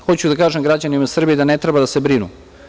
Hoću da kažem građanima Srbije da ne treba da se brinu.